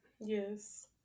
Yes